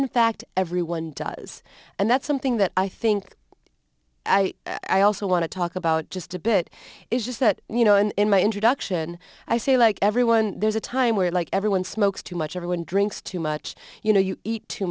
in fact everyone does and that's something that i think i i also want to talk about just a bit it's just that you know in my introduction i say like everyone there's a time where like everyone smokes too much everyone drinks too much you know you eat too